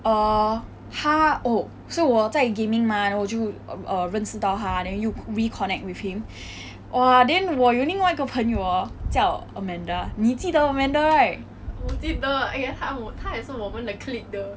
err 他 oh 是我在 gaming mah then 我就认识到他 then 又 reconnect with him !wah! then 我有另外一个朋友 hor 叫 amanda 你记得 amanda right